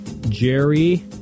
Jerry